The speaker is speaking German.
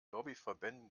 lobbyverbänden